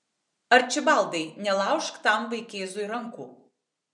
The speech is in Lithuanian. arčibaldai nelaužk tam vaikėzui rankų